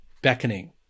Beckoning